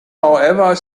however